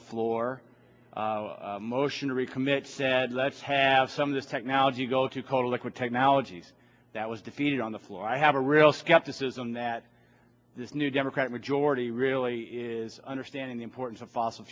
the floor motion to recommit said let's have some of this technology go to kota liquid technologies that was defeated on the floor i have a real skepticism that this new democrat majority really is understanding the importance of fossil